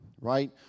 right